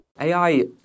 AI